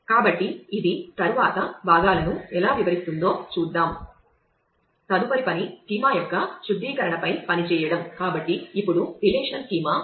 So let us see how this will span out later parts so having done this